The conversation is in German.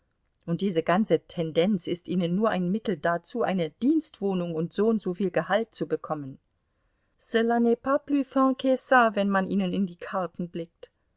und diese ganze tendenz ist ihnen nur ein mittel dazu eine dienstwohnung und soundso viel gehalt zu bekommen cela n'est pas plus fin que a wenn man ihnen in die karten blickt